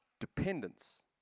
dependence